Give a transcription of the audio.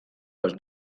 los